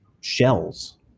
shells